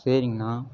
சரிங்கண்ணா